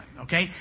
Okay